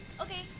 Okay